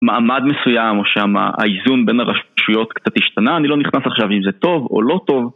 מעמד מסוים או שהאיזון בין הרשויות קצת השתנה, אני לא נכנס עכשיו אם זה טוב או לא טוב